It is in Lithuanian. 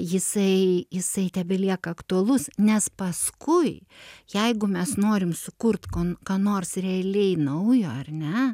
jisai jisai tebelieka aktualus nes paskui jeigu mes norim sukurt kon ką nors realiai naujo ar ne